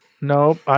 Nope